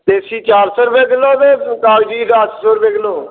देसी चार सौ रपेआ किलो ते कागज़ी सत्त सौ रपेआ किलो